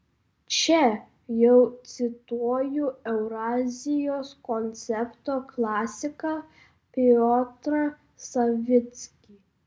čia jau cituoju eurazijos koncepto klasiką piotrą savickį